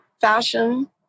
fashion